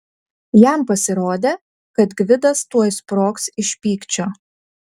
jam pasirodė kad gvidas tuoj sprogs iš pykčio